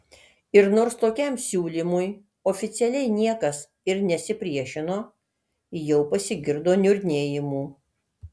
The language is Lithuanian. ir nors tokiam siūlymui oficialiai niekas ir nesipriešino jau pasigirdo niurnėjimų